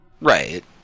Right